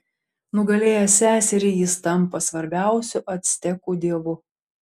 nugalėjęs seserį jis tampa svarbiausiu actekų dievu